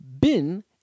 bin